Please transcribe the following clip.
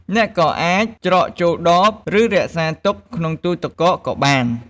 អ្នកក៏អាចច្រកចូលដប រួចរក្សាទុកក្នុងទូរទឹកកកក៏បាន។